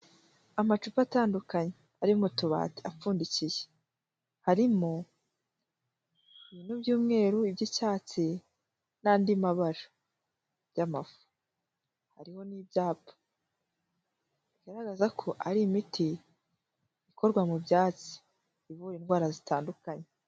Amacupa atandukanye ari mu tubati apfundikiye, harimo ibintu by'umweru iby'icyatsi n'andi mabara y'amafu, hariho n'ibyapa, bigaragaza ko ari imiti ikorwa mu byatsi ivura indwara zitandukanye.